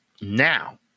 now